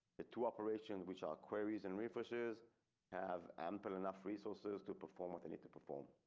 it to operations, which are queries and refresh is have ample enough resources to perform with a need to perform